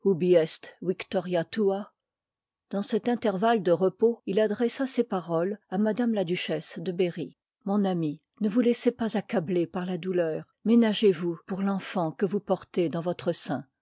dans cet intervalle de repos il adressa ces paroles à m la duchesse de berry mon amie ne vous laissez pas accabler par la douleur ménagez vous pour tenfant que vous portez dans votresein e